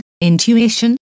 intuition